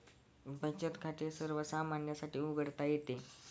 बचत खाते सर्वसामान्यांसाठी उघडता येते